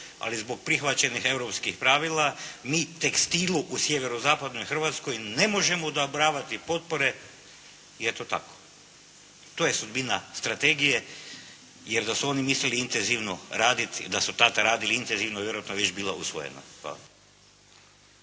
ali zbog prihvaćenih europskih pravila, mi tekstilu u Sjeverozapadnoj Hrvatskoj ne možemo odobravati potpore je to tako. To je sudbina strategije jer da su oni mislili intenzivno raditi, da su tada radili intenzivno, vjerojatno bi već bila usvojena.